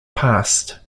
past